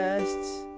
ah arrests.